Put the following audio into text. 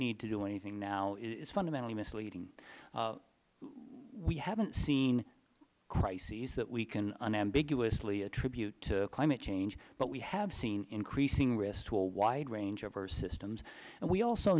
need to do anything now is fundamentally misleading we haven't seen crises that we can unambiguously attribute to climate change but we have seen increasing risk to a wide range of earth's systems and we also